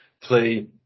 play